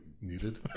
needed